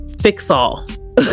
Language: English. Fix-all